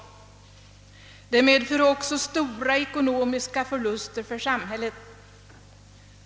Det leder också till stora ekonomiska förluster för samhället.